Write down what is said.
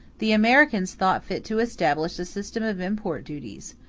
the americans thought fit to establish a system of import duties,